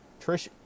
Trish